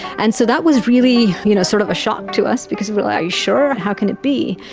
and so that was really you know sort of a shock to us because we were like, are you sure, how can it be?